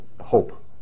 hope